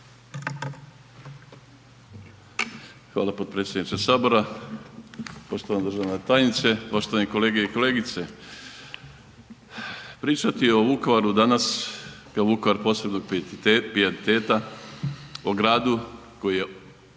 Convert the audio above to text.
Hvala potpredsjedniče Sabora. Poštovana državna tajnice, poštovane kolegice i kolege. Pričati o Vukovaru danas kao Vukovara posebnog pijeteta o gradu koji je